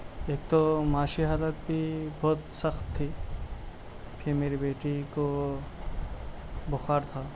ایک تو معاشی حالت بھی بہت سخت تھی پھر میری بیٹی کو بُخار تھا